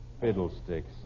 Fiddlesticks